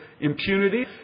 Impunity